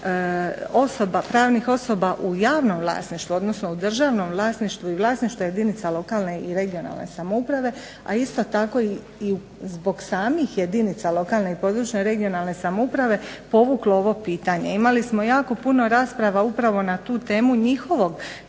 pravnih osoba u javnom vlasništvu, odnosno u državnom vlasništvu i vlasništvu jedinica lokalne i regionalne samouprave a isto tako i zbog samih jedinica lokalne i područne regionalne samouprave povuklo ovo pitanje. Imali smo jako puno rasprava upravo na tu temu njihovog